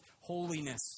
holiness